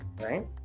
right